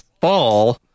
fall